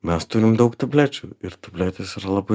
mes turim daug tablečių ir tabletės yra labai